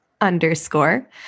underscore